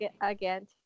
again